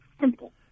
simple